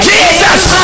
Jesus